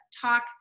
talk